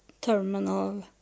terminal